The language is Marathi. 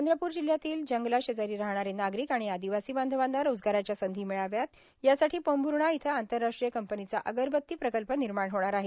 चंद्रपूर जिल्ह्यातील जंगला शेजारी राहणारे नागरिक आणि आदिवासी बांधवांना रोजगाराच्या संधी मिळाव्या यासाठी पोंभुर्णा इथं आंतरराष्ट्रीय कंपनीचा अगरबत्ती प्रकल्प निर्माण होणाऱ आहे